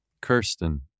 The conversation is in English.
Kirsten